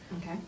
okay